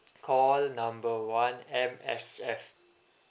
call number one M_S_F